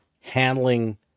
handling